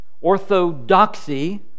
orthodoxy